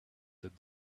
that